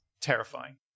terrifying